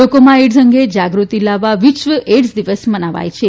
લોકોમાં એઇડઝ અંગે જાગૃતિ લાવવા વિશ્વ એઇડ઼ઝ દિવસ મનાવાય છે